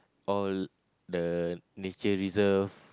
all the nature reserve